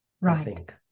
right